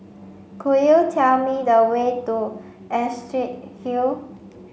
could you tell me the way to Astrid Hill